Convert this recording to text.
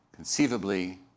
conceivably